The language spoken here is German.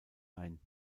ein